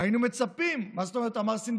היינו מצפים, מה זאת אומרת סינגפור?